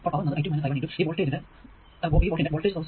അപ്പോൾ പവർ എന്നത് ഈ i2 i1 x ഈ വോൾടേജ് സോഴ്സ്